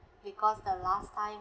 because the last time